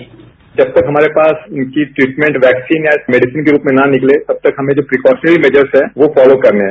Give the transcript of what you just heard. sound bite जब तक हमारे पास इनकी ट्रीटमेंट वैक्सीन या मेडिसन के रूप में ना निकले तब तक हमें जो प्रिकॉशनरी मैजर्स हैं वो फॉलो करने हैं